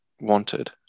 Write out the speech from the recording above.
wanted